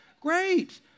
great